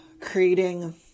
creating